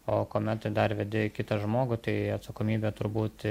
o kuomet dar vedi kitą žmogų tai atsakomybė turbūt